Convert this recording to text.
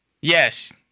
Yes